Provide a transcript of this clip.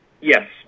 Yes